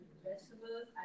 vegetables